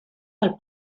del